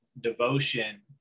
devotion